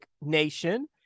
nation